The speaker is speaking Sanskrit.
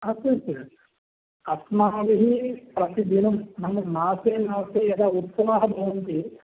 अस्ति अस्ति अस्माभिः प्रतिदिनं नाम मासे मासे यदा उत्सवाः भवन्ति